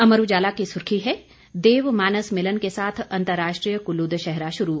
अमर उजाला की सुर्खी है देव मानस मिलन के साथ अंतर्राष्ट्रीय कुल्लू दशहरा शुरू